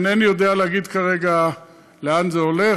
אינני יודע להגיד כרגע לאן זה הולך,